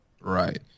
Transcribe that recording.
right